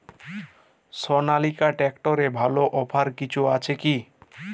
সনালিকা ট্রাক্টরে ভালো অফার কিছু আছে কি?